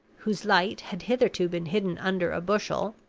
whose light had hitherto been hidden under a bushel,